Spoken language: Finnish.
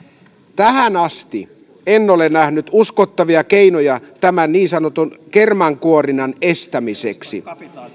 tähän asti en ole nähnyt uskottavia keinoja tämän niin sanotun kermankuorinnan estämiseksi